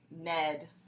Ned